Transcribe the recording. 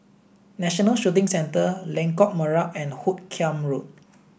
National Shooting Centre Lengkok Merak and Hoot Kiam Road